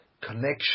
connection